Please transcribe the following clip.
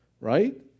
Right